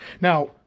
Now